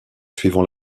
suivant